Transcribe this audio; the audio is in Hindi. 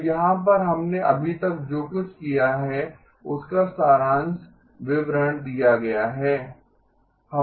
तो यहाँ पर हमने अभी तक जो कुछ किया है उसका सारांश विवरण दिया गया है